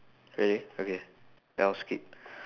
really okay then i'll skip